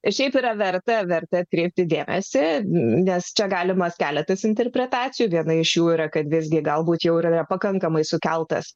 šiaip yra verta verta atkreipti dėmesį nes čia galimas keletas interpretacijų viena iš jų yra kad visgi galbūt jau yra pakankamai sukeltas